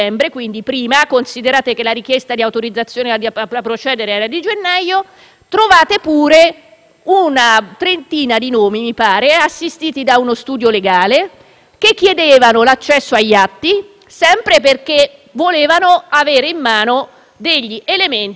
una trentina di nomi, assistiti da uno studio legale, che chiedevano l'accesso agli atti, sempre perché volevano avere in mano degli elementi per poter aggredire il Ministro. Allora, mi dovete dire chi ha indirizzato